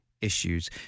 issues